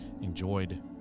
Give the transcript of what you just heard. enjoyed